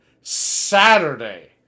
Saturday